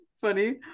Funny